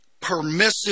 permissive